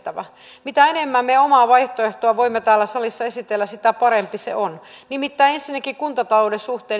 on koulutustehtävä mitä enemmän me omaa vaihtoehtoamme voimme täällä salissa esitellä sitä parempi se on nimittäin ensinnäkin kuntatalouden suhteen